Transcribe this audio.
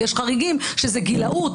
יש חריגים שזה גילאות,